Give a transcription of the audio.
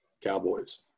cowboys